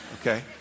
Okay